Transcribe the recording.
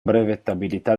brevettabilità